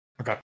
Okay